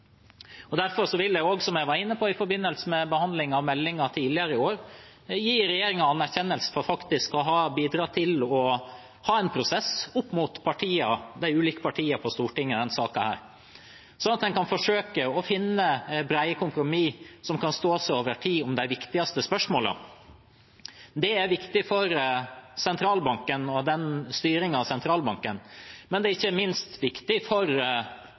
Derfor vil jeg, som jeg også var inne på i forbindelse med behandlingen av meldingen tidligere i år, gi regjeringen anerkjennelse for faktisk å ha bidratt til å ha en prosess opp mot de ulike partiene på Stortinget i denne saken – slik at man kan forsøke å finne brede kompromiss, som kan stå seg over tid, om de viktigste spørsmålene. Det er viktig for sentralbanken og styringen av den, men det er ikke minst viktig for